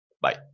bye